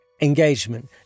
Engagement